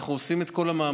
ואנחנו עושים את כל המאמצים.